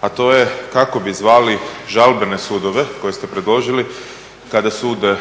a to je kako bi zvali žalbene sudove koje ste predložili kada sud